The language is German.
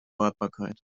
wartbarkeit